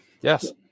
Yes